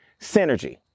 synergy